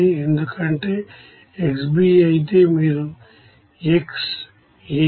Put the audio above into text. ఎందుకంటే xB అయితే మీరు xAB